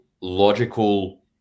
logical